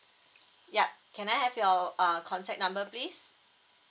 ya can I have your err contact number please